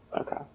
Okay